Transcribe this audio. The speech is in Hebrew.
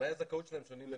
תנאי הזכאות שלהם שונים,